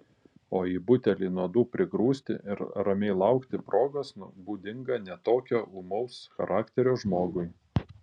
o į butelį nuodų prigrūsti ir ramiai laukti progos būdinga ne tokio ūmaus charakterio žmogui